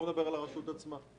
לא מדבר על הרשות עצמה.